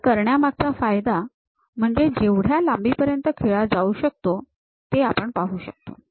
हे करण्यामागचा फायदा म्हणजे जेवढ्या लांबीपर्यंत खिळा जाऊ शकतो ते आपण पाहू शकतो